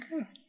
okay